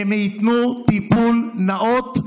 הם ייתנו טיפול נאות,